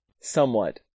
Somewhat